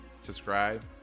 subscribe